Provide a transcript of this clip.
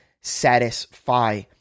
satisfy